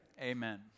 Amen